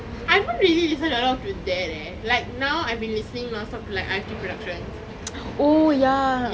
I haven't really heard a lot through that eh like now I've been listening non stop like I_F_T productions